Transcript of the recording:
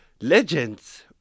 legends